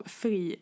fri